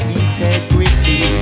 integrity